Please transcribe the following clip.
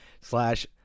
slash